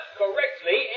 correctly